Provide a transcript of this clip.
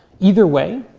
either way,